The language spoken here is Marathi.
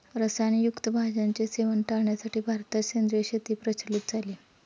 रसायन युक्त भाज्यांचे सेवन टाळण्यासाठी भारतात सेंद्रिय शेती प्रचलित झाली